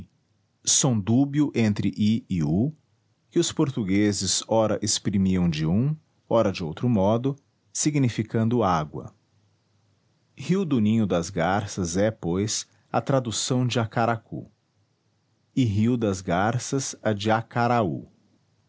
som dúbio entre i e u que os portugueses ora exprimiam de um ora de outro modo significando água rio do ninho das garças é pois a tradução de acaracu e rio das garças a de acaraú